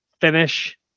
finish